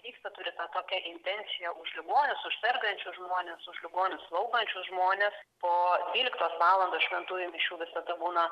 vyksta turi tokią intenciją už ligonius už sergančius žmones už ligonius slaugančius žmones po dvyliktos valandos šventųjų mišių visada būna